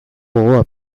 gogoa